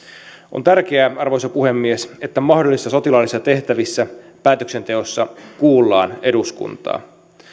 on tärkeää arvoisa puhemies että mahdollisissa sotilaallisissa tehtävissä päätöksenteossa kuullaan eduskuntaa